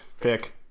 pick